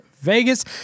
Vegas